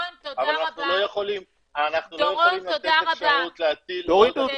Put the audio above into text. אבל אנחנו לא יכולים לתת אפשרות ל --- דורון,